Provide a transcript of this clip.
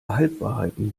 halbwahrheiten